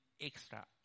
extra